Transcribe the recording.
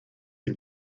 ihm